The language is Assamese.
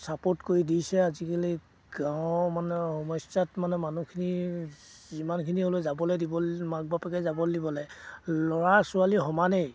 ছাপৰ্ট কৰি দিছে আজিকালি গাঁৱৰ মানে সমস্যাত মানে মানুহখিনি যিমানখিনি হ'লেও যাবলৈ দিব মাক বাপাকে যাবলৈ দিবলৈ ল'ৰা ছোৱালী সমানেই